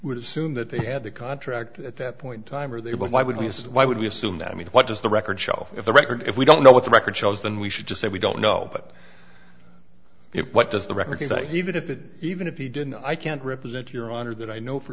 would assume that they had the contract at that point time are they but why would you say why would we assume that i mean what just the record shelf if the record if we don't know what the record shows then we should just say we don't know but it what does the record even if it even if he didn't i can't represent your honor that i know for